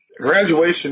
graduation